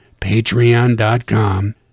patreon.com